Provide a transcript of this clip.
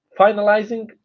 finalizing